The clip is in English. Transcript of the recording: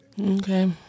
Okay